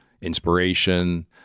inspiration